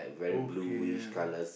okay yeah